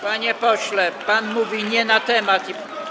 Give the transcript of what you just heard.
Panie pośle, pan mówi nie na temat i.